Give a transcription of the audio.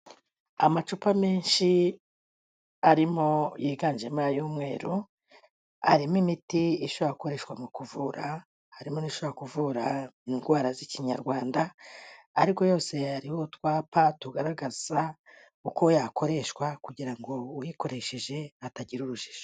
Amacupa menshi arimo, yiganjemo ay'umweru, arimo imiti ishobora gukoreshwa mu kuvura, harimo n'ishobora kuvura indwara z'ikinyarwanda, ariko yose ariho utwapa tugaragaza uko yakoreshwa kugira ngo uyikoresheje atagira urujijo.